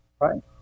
right